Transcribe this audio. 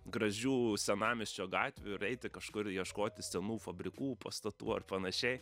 gražių senamiesčio gatvių ir eiti kažkur ieškoti senų fabrikų pastatų ar panašiai